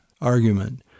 argument